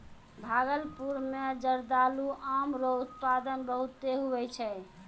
भागलपुर मे जरदालू आम रो उत्पादन बहुते हुवै छै